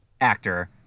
actor